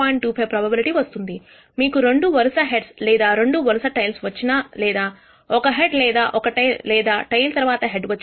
25 probability వస్తుంది మీకు రెండు వరుస హెడ్స్ లేదా రెండు వరుస టెయిల్స్ వచ్చినా లేదా ఒక హెడ్ లేదా ఒక టెయిల్ లేదా టెయిల్ తర్వాత హెడ్ వచ్చిన అన్నీ 0